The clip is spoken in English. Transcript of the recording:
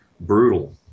brutal